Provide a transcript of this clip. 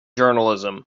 journalism